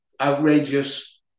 outrageous